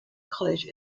college